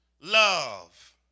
Love